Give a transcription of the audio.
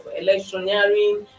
electioneering